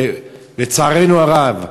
ולצערנו הרב,